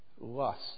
lust